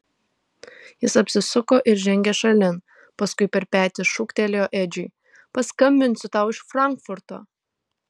jis apsisuko ir žengė šalin paskui per petį šūktelėjo edžiui paskambinsiu tau iš frankfurto